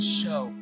show